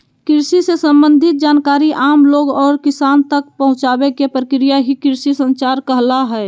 कृषि से सम्बंधित जानकारी आम लोग और किसान तक पहुंचावे के प्रक्रिया ही कृषि संचार कहला हय